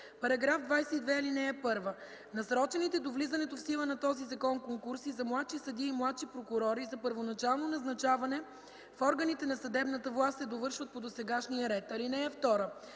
става § 22: „§ 22. (1) Насрочените до влизането в сила на този закон конкурси за младши съдии и младши прокурори и за първоначално назначаване в органите на съдебната власт се довършват по досегашния ред. (2)